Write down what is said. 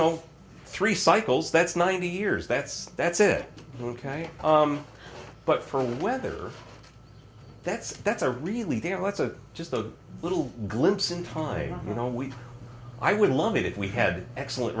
know three cycles that's ninety years that's that's it ok but for the weather that's that's a really there what's a just a little glimpse in time you know we i would love it if we had excellent